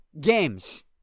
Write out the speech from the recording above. games